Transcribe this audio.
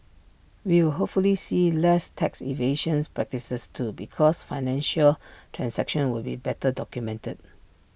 we will hopefully see less tax evasion practices too because financial transactions will be better documented